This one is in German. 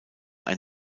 ein